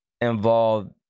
involved